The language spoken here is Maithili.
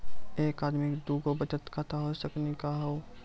एके आदमी के दू गो बचत खाता हो सकनी का हो?